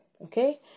okay